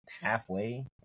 Halfway